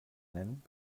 nennen